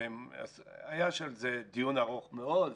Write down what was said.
יש על זה דיון ארוך מאוד.